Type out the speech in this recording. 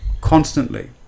constantly